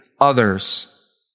others